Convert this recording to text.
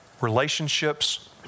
relationships